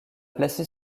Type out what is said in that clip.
placé